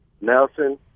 Nelson